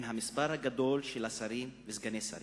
עם המספר הגדול של שרים וסגני שרים,